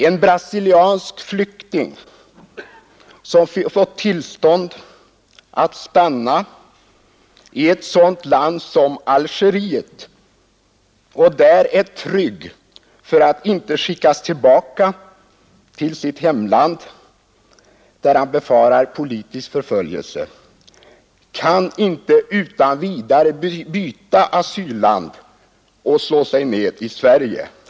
En brasiliansk flykting som fått tillstånd att stanna i ett sådant land som Algeriet och där är trygg för att inte skickas tillbaka till sitt hemland, där han befarar politisk förföljelse, kan inte utan vidare byta asylland och slå sig ned i Sverige.